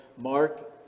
Mark